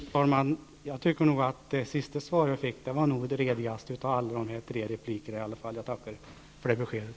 Fru talman! Jag tycker att det sista svaret var det redigaste av alla. Jag tackar för det beskedet.